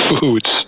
foods